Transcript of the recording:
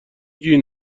گین